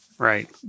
Right